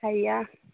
হেৰিয়া